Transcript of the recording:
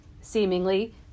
seemingly